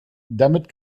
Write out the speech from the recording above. damit